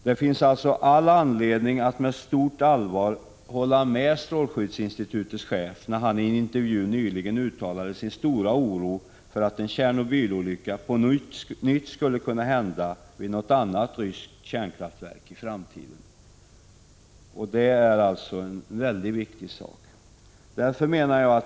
Det finns alltså all anledning att med stort allvar hålla med strålskyddsinstitutets chef då han i en intervju nyligen uttalade sin stora oro för att en Tjernobylolycka på nytt skulle kunna hända vid något annat ryskt kärnkraftverk. Detta är mycket viktigt.